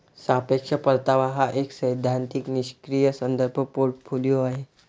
सापेक्ष परतावा हा एक सैद्धांतिक निष्क्रीय संदर्भ पोर्टफोलिओ आहे